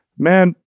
Man